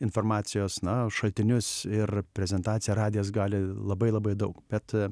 informacijos na šaltinius ir prezentaciją radijas gali labai labai daug bet